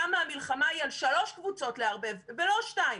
שם המלחמה היא על שלוש קבוצות לערבב, ולא שתיים.